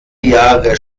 jahre